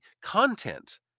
content